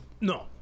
no